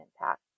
impact